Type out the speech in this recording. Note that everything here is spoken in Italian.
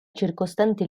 circostante